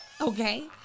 Okay